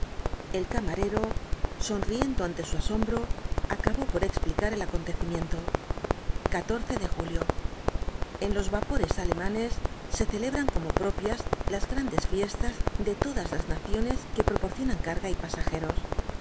el camarero sonriendo ante sui y biaboo ibáñbz asoinbro acabó por explicar el acontecimiento oatorce de julio en los vapores alemanes se celebran como propias las grandes fiestas de todas las naciones que proporcionan carga y pasajeros